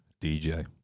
DJ